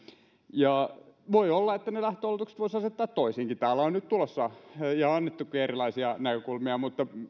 voi olla että ne lähtöoletukset voisi asettaa toisinkin täällä on nyt tulossa ja annettukin erilaisia näkökulmia mutta